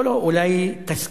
לא לא, אולי תשכיל.